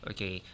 Okay